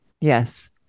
Yes